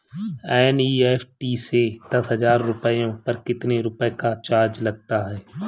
NEFT से दस हजार रुपयों पर कितने रुपए का चार्ज लगता है?